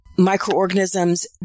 microorganisms